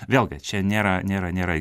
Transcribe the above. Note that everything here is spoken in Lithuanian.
vėlgi čia nėra nėra nėra